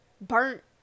burnt